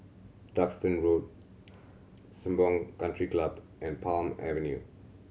Duxton Road Sembawang Country Club and Palm Avenue